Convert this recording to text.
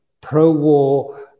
pro-war